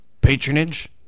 patronage